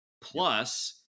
plus